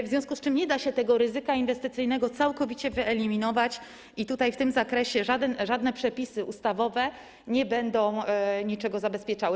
W związku z tym nie da się ryzyka inwestycyjnego całkowicie wyeliminować i w tym zakresie żadne przepisy ustawowe nie będą niczego zabezpieczały.